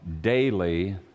daily